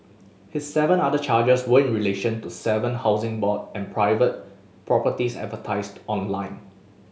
his seven other charges were in relation to seven Housing Board and private properties advertised online